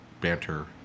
banter